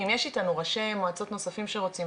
אם יש איתנו ראשי מועצות נוספים שרוצים,